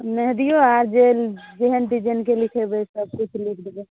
मेहदीऔ आर जे जेहन डिजाइनके लिखेबै सबकिछु लिख देबै